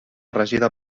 regida